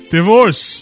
Divorce